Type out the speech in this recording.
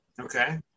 Okay